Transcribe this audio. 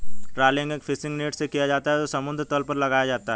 trawling एक fishing net से किया जाता है जो समुद्र तल पर लगाया जाता है